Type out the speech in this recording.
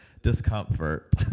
discomfort